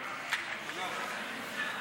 סליחה.